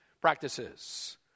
practices